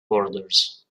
orders